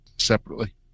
separately